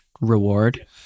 reward